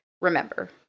remember